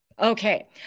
Okay